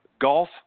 Golf